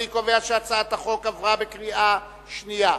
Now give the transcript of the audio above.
אני קובע שהצעת החוק עברה בקריאה שנייה.